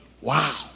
Wow